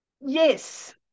yes